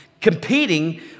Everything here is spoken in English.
competing